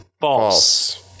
False